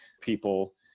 people